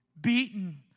Beaten